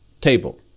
table